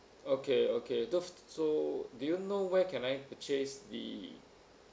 okay okay the so do you know where can I purchase the